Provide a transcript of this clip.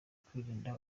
kwirinda